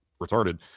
retarded